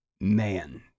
man